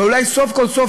ואולי סוף כל סוף,